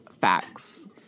Facts